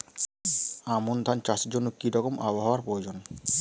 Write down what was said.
আমন ধান চাষের জন্য কি রকম আবহাওয়া প্রয়োজন?